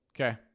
okay